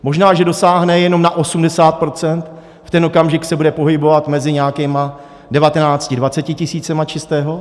Možná, že dosáhne jenom na 80 %, v ten okamžik se bude pohybovat mezi nějakými 19 až 20 tisíci čistého.